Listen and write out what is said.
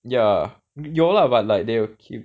ya 有 lah but like they will keep